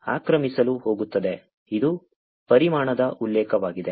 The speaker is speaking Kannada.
ಆಕ್ರಮಿಸಲು ಹೋಗುತ್ತದೆ ಇದು ಪರಿಮಾಣದ ಉಲ್ಲೇಖವಾಗಿದೆ